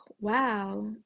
wow